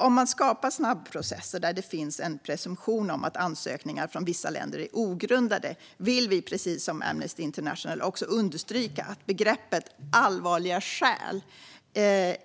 Om man skapar snabbprocesser där det finns en presumtion att ansökningar från vissa länder är ogrundade vill vi precis som Amnesty International också understryka att begreppet "allvarliga" skäl